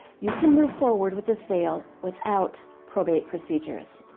you can move forward with the sale without probate procedures.